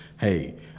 hey